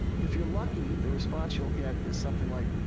if you're lucky, the response you'll get is something like,